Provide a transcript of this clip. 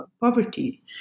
poverty